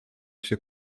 się